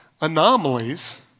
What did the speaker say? anomalies